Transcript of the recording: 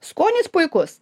skonis puikus